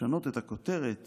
לשנות את הכותרת